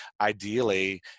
ideally